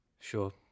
Sure